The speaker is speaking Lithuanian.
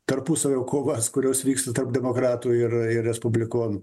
tarpusavio kovas kurios vyksta tarp demokratų ir respublikonų